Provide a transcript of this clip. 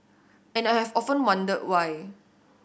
and I have often wondered why